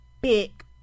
big